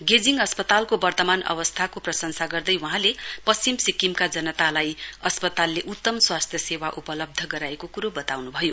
गेजिङ अस्पतालको वर्तमान अवस्थाको प्रशंसा गर्दै वहाँले पश्चिम सिक्किमका जनतालाई अस्पतालले उत्तम स्वास्थ्य सेवा उपलब्ध गराएको कुरो वताउनु भयो